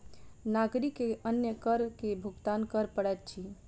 नागरिक के अन्य कर के भुगतान कर पड़ैत अछि